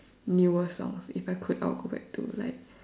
newer songs if I could I'll go back to like